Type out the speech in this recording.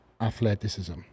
athleticism